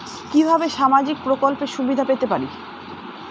কিভাবে সামাজিক প্রকল্পের সুবিধা পেতে পারি?